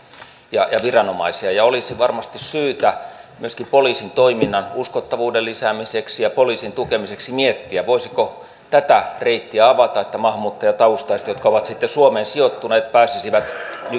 ja ja viranomaisia olisi varmasti syytä myöskin poliisin toiminnan uskottavuuden lisäämiseksi ja poliisin tukemiseksi miettiä voisiko tätä reittiä avata että maahanmuuttajataustaiset jotka ovat sitten suomeen sijoittuneet pääsisivät